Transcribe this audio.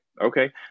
Okay